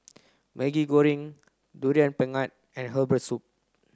Maggi Goreng durian pengat and Herbal Soup